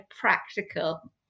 practical